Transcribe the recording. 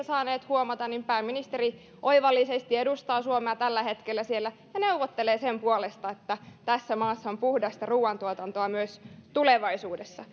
saaneet huomata pääministeri edustaa oivallisesti suomea siellä tällä hetkellä ja neuvottelee sen puolesta että tässä maassa on puhdasta ruoan tuotantoa myös tulevaisuudessa